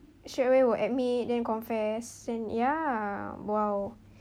straightaway will admit then confess then ya !wow!